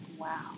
Wow